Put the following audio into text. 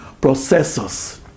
processors